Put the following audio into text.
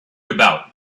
about